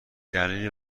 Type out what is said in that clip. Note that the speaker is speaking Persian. دلیلی